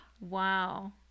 Wow